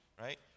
right